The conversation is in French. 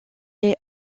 est